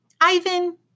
Ivan